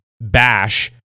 Bash